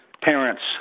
parents